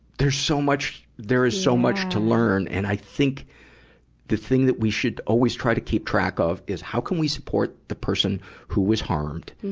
there's so much, there is so much to learn, and i think the thing that we should always try to keep track of is how can we support the person who was harmed,